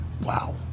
wow